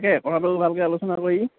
তাকে কথাটো ভালকে আলোচনা কৰি